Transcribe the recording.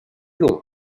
long